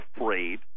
afraid